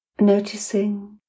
noticing